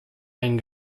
ein